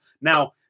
Now